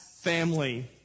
family